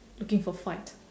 looking for fight